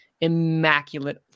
immaculate